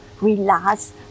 relax